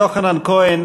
יוחנן כהן,